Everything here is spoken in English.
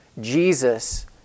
Jesus